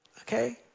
Okay